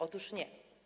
Otóż nie.